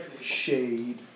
shade